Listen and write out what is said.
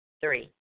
Three